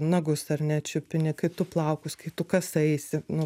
nagus ar ne čiupini kai tu plaukus kai tu kasaisi nu